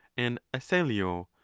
an asellio,